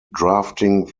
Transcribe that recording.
drafting